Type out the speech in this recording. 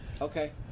Okay